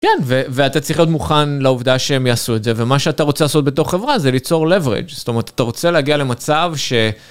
כן, ואתה צריך להיות מוכן לעובדה שהם יעשו את זה, ומה שאתה רוצה לעשות בתוך חברה זה ליצור leverage. זאת אומרת, אתה רוצה להגיע למצב ש...